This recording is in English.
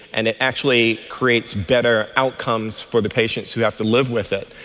and it actually creates better outcomes for the patients who have to live with it.